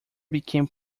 became